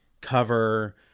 cover